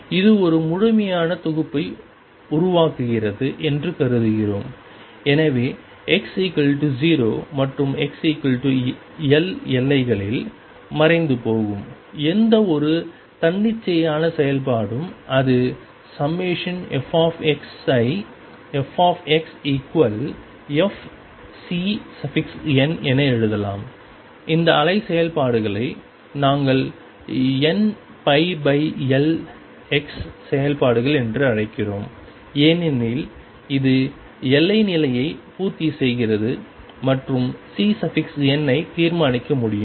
இது ஒரு முழுமையான தொகுப்பை உருவாக்குகிறது என்று கருதுகிறோம் எனவே x 0 மற்றும் x L எல்லைகளில் மறைந்துபோகும் எந்தவொரு தன்னிச்சையான செயல்பாடும் இது ∑f ஐ fxCn என எழுதலாம் இந்த அலை செயல்பாடுகளை நாங்கள்nπLx செயல்பாடுகள் என்று அழைக்கிறோம் ஏனெனில் இது எல்லை நிலையை பூர்த்தி செய்கிறது மற்றும் Cn ஐ தீர்மானிக்க முடியும்